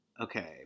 Okay